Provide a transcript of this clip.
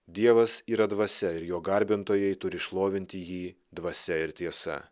dievas yra dvasia ir jo garbintojai turi šlovinti jį dvasia ir tiesa